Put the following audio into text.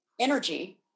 energy